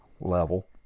level